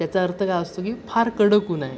त्याचा अर्थ काय असतो की फार कडक ऊन आहे